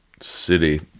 city